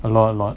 a lot a lot